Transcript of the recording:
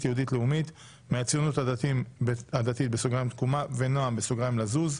יהודית לאומית) מהציונות הדתית (תקומה) ונעם (לזוז).